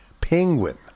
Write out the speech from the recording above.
penguin